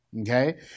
Okay